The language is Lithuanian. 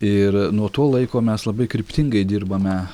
ir nuo to laiko mes labai kryptingai dirbame